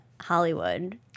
Hollywood